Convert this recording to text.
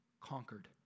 conquered